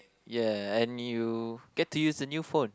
ya and you get to use the new phone